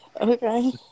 Okay